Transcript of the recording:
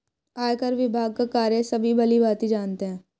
आयकर विभाग का कार्य सभी भली भांति जानते हैं